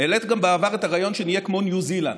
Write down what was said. העלית גם בעבר את הרעיון שנהיה כמו ניו זילנד.